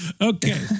Okay